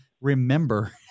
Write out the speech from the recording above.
remember